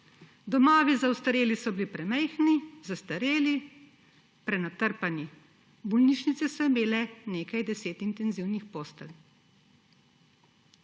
Domovi za ostarele so bili premajhni, zastareli, prenatrpani, bolnišnice so imele nekaj deset intenzivnih postelj.